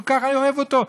אני כל כך אוהב אותו,